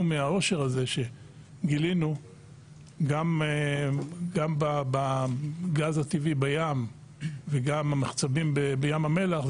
מהעושר הזה שגילינו גם בגז הטבעי בים וגם המחצבים בים המלח,